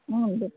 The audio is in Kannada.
ಹ್ಞೂ ರೀ